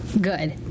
good